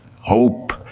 hope